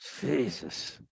Jesus